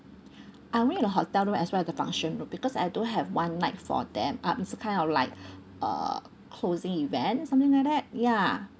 I'll need the hotel room as well as the function room because I do have one night for them ah it's uh kind of like uh closing event something like that ya